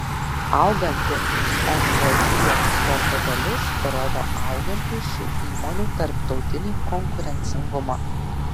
auganti mvį eksporto dalis rodo augantį šių įmonių tarptautinį konkurencingumą